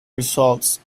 results